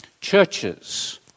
churches